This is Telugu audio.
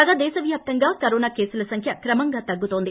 కాగాదేశవ్యాప్తంగా కరోనా కేసుల సంఖ్య క్రమంగా తగ్గుతోంది